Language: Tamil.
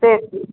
சரி